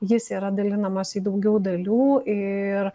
jis yra dalinamas į daugiau dalių ir